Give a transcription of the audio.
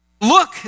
Look